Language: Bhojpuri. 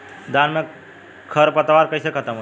धान में क खर पतवार कईसे खत्म होई?